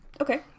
Okay